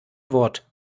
wort